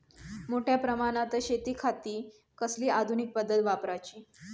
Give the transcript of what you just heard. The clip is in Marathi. मोठ्या प्रमानात शेतिखाती कसली आधूनिक पद्धत वापराची?